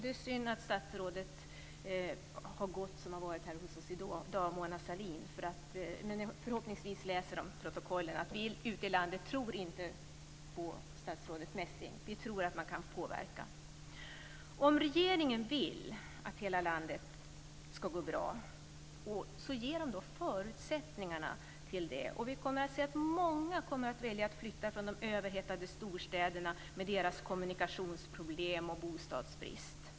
Det är synd att det statsråd som varit hos oss i dag, Mona Sahlin, har gått, men förhoppningsvis läser hon protokollet. Vi ute i landet tror inte på statsrådet Messing. Vi tror att man kan påverka. Om regeringen vill att hela landet ska gå bra, ge då förutsättningarna till det! Vi kommer då att se att många väljer att flytta ifrån de överhettade storstäderna med deras kommunikationsproblem och bostadsbrist.